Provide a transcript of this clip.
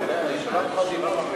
לוועדת הפנים והגנת הסביבה נתקבלה.